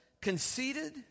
conceited